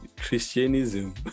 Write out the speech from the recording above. christianism